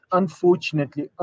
unfortunately